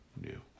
new